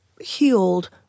healed